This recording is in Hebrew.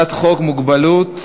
(שפיטה,